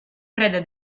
preda